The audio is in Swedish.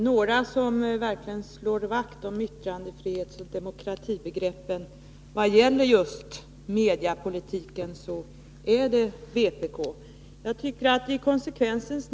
Herr talman! De som verkligen slår vakt om yttrandefriheten och demokratin vad gäller just massmediepolitiken är vänsterpartiet kommunisterna.